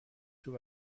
توی